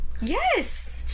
Yes